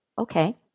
okay